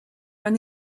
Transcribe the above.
from